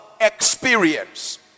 experience